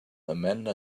amanda